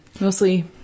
mostly